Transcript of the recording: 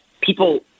people